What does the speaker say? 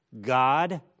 God